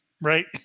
right